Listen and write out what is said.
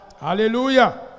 Hallelujah